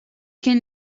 can